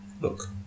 Look